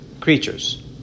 creatures